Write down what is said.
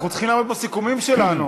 אנחנו צריכים לעמוד בסיכומים שלנו.